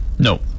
No